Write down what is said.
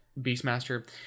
Beastmaster